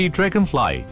Dragonfly